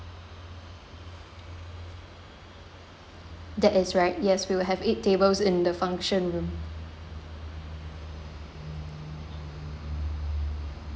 that is right yes we will have eight tables in the function room